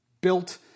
built